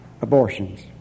abortions